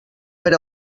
per